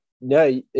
No